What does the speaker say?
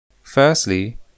Firstly